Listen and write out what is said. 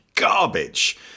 garbage